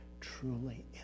truly